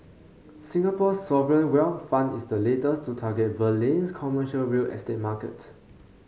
Singapore's sovereign wealth fund is the latest to target Berlin's commercial real estate market